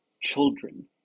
children